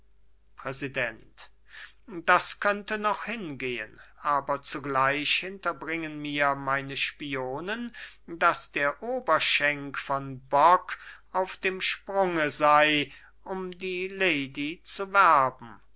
präsident das könnte noch hingehen aber zugleich hinterbringen mir meine spionen daß der oberschenk von bock auf dem sprunge sei um die lady zu werben